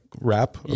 rap